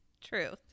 Truth